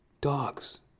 Dogs